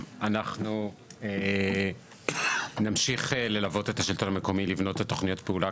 אנחנו נמשיך ללוות את השלטון המקומי לבנות את תוכניות הפעולה,